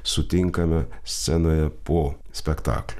sutinkame scenoje po spektaklių